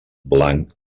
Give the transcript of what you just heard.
blanc